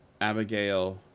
Abigail